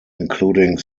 including